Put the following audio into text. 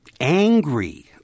angry